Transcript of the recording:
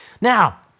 Now